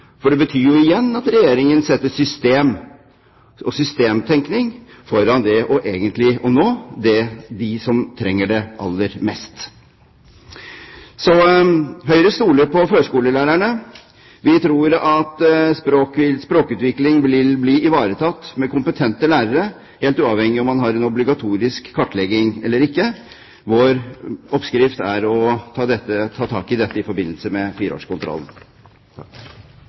for det betyr jo igjen av Regjeringen setter system og systemtenkning foran egentlig å nå dem som trenger det aller mest. Så Høyre stoler på førskolelærerne. Vi tror at språkutvikling vil bli ivaretatt med kompetente lærere, helt uavhengig av om man har en obligatorisk kartlegging eller ikke. Vår oppskrift er å ta tak i dette i forbindelse med fireårskontrollen.